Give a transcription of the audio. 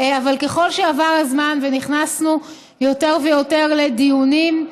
אבל ככל שעבר הזמן ונכנסנו יותר ויותר לדיונים,